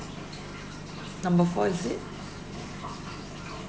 number four is it